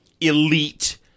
elite